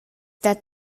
that